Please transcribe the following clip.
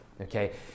okay